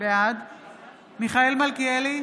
בעד מיכאל מלכיאלי,